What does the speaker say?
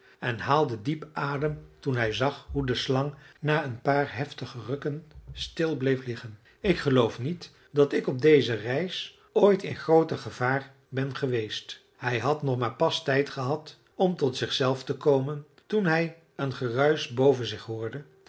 en haalde diep adem toen hij zag hoe de slang na een paar heftige rukken stil bleef liggen ik geloof niet dat ik op deze heele reis ooit in grooter gevaar ben geweest hij had nog maar pas tijd gehad om tot zichzelf te komen toen hij een geruisch boven zich hoorde